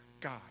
God